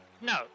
no